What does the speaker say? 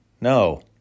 No